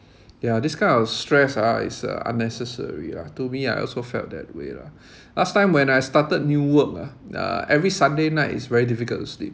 ya this kind of stress ah is uh unnecessary lah to me I also felt that way lah last time when I started new work ah uh every sunday night it's very difficult to sleep